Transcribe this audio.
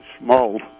small